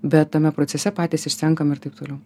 bet tame procese patys išsenkam ir taip toliau